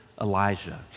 Elijah